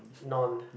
non